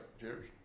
Cheers